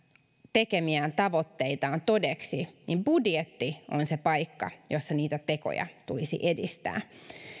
tekemiään tavoitteitaan todeksi budjetti on se paikka jossa niitä tekoja tulisi edistää